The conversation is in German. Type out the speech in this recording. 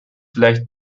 vielleicht